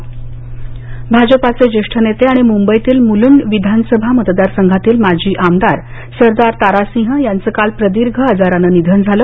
विष्णू सोनवणे भाजपचे ज्येष्ठ नेते आणि मुंबईतील मुलुंड विधानसभा मतदारसंघातील माजी आमदार सरदार तारासिंह यांचं काल प्रदीर्घ आजारानं निधन झालं